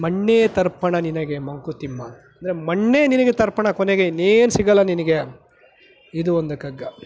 ಮಣ್ಣೇ ತರ್ಪಣ ನಿನಗೆ ಮಂಕುತಿಮ್ಮ ಅಂದರೆ ಮಣ್ಣೇ ನಿನಗೆ ತರ್ಪಣ ಕೊನೆಗೆ ಇನ್ನೇನು ಸಿಗಲ್ಲ ನಿನಗೆ ಇದು ಒಂದು ಕಗ್ಗ